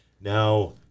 Now